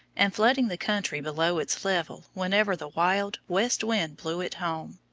and flooding the country below its level whenever the wild west wind blew it home.